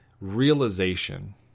realization